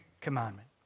commandment